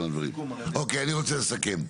אני מבקש לסכם.